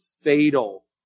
fatal